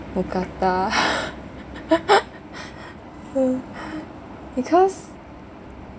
mookata because